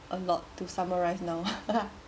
I'm not to summarise now